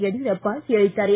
ಯಡಿಯೂರಪ್ಪ ಹೇಳಿದ್ದಾರೆ